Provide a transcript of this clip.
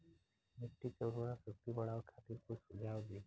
मिट्टी के उर्वरा शक्ति बढ़ावे खातिर कुछ सुझाव दी?